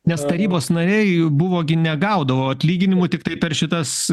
nes tarybos nariai buvo gi negaudavo atlyginimų tiktai per šitas